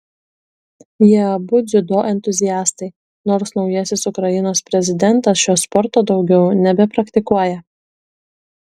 jie abu dziudo entuziastai nors naujasis ukrainos prezidentas šio sporto daugiau nebepraktikuoja